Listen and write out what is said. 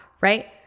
right